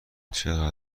چقدر